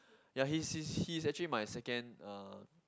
ya he's he's he's actually my second uh